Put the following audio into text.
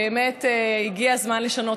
באמת הגיע הזמן לשנות.